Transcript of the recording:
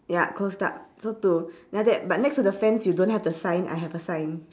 ya closed up so to then after that but next to the fence you don't have the sign I have a sign